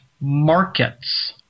markets